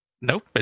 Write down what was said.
nope